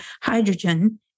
hydrogen